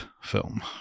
film